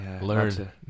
Learn